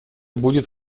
будет